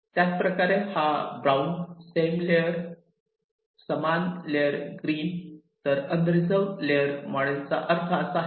त्याचप्रकारे हा brown same layer समान लेयरवर ग्रीन तर अनरिझर्व लेयर मॉडेलचा अर्थ असा आहे